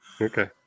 Okay